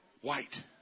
white